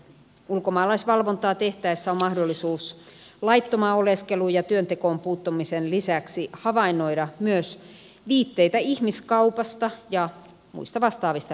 ulkomaalaisvalvontaa tehtäessä on mahdollisuus laittomaan oleskeluun ja työntekoon puuttumisen lisäksi havainnoida myös viitteitä ihmiskaupasta ja muista vastaavista rikoksista